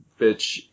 bitch